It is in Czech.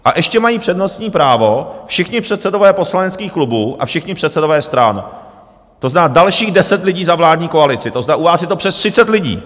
A ještě mají přednostní právo všichni předsedové poslaneckých klubů a všichni předsedové stran, to znamená dalších 10 lidí za vládní koalici, to znamená, u vás je to přes 30 lidí.